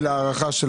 שהארכנו?